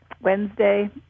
Wednesday